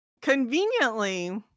conveniently